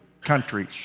countries